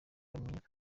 bamenyesha